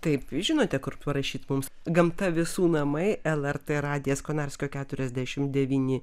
taip žinote kur parašyt mums gamta visų namai lrt radijas konarskio keturiasdešimt devyni